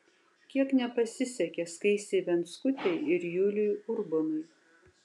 kiek nepasisekė skaistei venckutei ir juliui urbonui